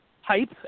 hype